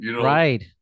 Right